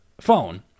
phone